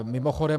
Mimochodem